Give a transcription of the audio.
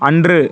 அன்று